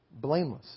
blameless